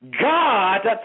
God